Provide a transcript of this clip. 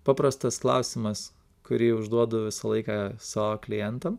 paprastas klausimas kurį užduodu visą laiką savo klientams